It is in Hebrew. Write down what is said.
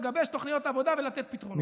לגבש תוכניות עבודה ולתת פתרונות.